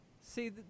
see